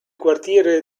quartiere